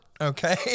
okay